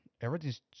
everything's